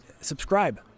Subscribe